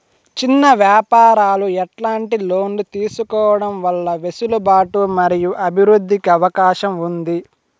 చిన్న వ్యాపారాలు ఎట్లాంటి లోన్లు తీసుకోవడం వల్ల వెసులుబాటు మరియు అభివృద్ధి కి అవకాశం ఉంది?